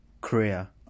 Korea